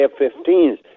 f-15s